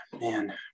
man